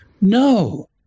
No